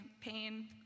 pain